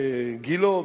גילה,